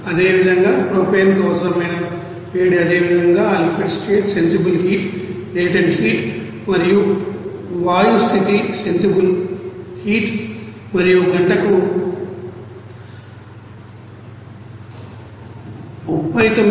అదేవిధంగా ప్రొపేన్కు అవసరమైన వేడి అదేవిధంగా ఆ liquid state sensible heat latent heat మరియు వాయు స్థితి సెన్సిబుల్ హీట్ మరియు గంటకు 39912